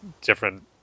different